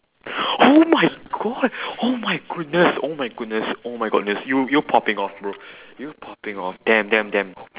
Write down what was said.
oh my god oh my goodness oh my goodness oh my goodness you're popping off bro you're popping off damn damn damn